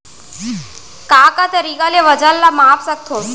का का तरीक़ा ले वजन ला माप सकथो?